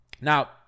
Now